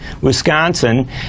Wisconsin